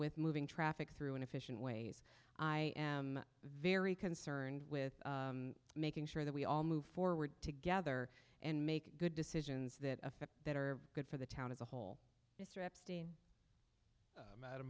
with moving traffic through an efficient ways i am very concerned with making sure that we all move forward together and make good decisions that affect that are good for the town as a whole